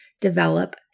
develop